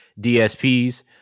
DSPs